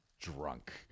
drunk